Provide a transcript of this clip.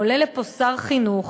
עולה לפה שר חינוך